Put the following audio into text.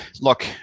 Look